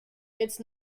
its